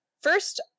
first